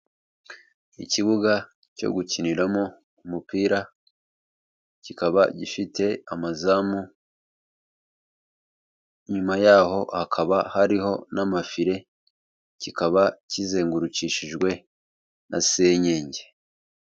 Ikibuga cyo gukiniramo umupira kikaba gifite amazamu, nyuma yaho hakaba hariho n'amafile kikaba kizengurukishijwe na senyenge.